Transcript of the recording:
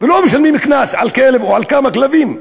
ולא משלמים קנס על כלב או על כמה כלבים.